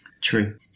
true